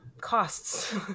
costs